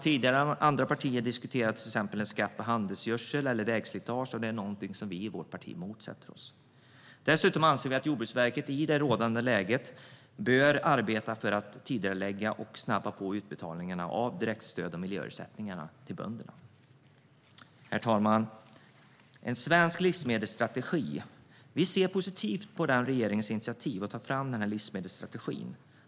Tidigare har andra partier diskuterat skatter på handelsgödsel eller vägslitage. Det är något som vi i vårt parti motsätter oss. Dessutom anser vi att Jordbruksverket i det rådande läget bör arbeta för tidigarelagda och snabbare utbetalningar av direktstöd och miljöersättningar till bönderna. Herr talman! Sverigedemokraterna ser positivt på regeringens initiativ att ta fram en svensk livsmedelsstrategi.